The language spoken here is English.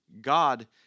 God